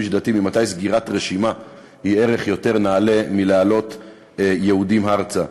הוא איש דתי: ממתי סגירת רשימה היא ערך יותר נעלה מלהעלות יהודים ארצה?